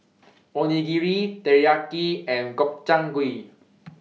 Onigiri Teriyaki and Gobchang Gui